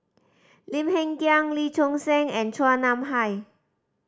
Lim Hng Kiang Lee Choon Seng and Chua Nam Hai